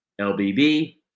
LBB